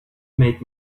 made